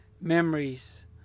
memories